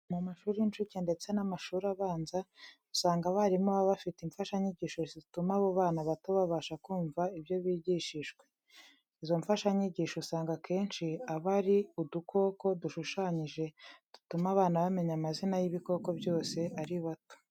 Mu mashuri y'inshuke ndetse n'amashuri abanza, usanga abarimu baba bafite imfashanyigisho zituma abo bana bato babasha kumva ibyo bigishijwe. Izo mfashanyigisho usanga akenshi aba ari udukoko dushushanyije dutuma abana bamenya amazina y'ibikoko byose ari bato.